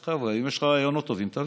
דרך אגב, אם יש לך רעיונות טובים, תביא,